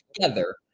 together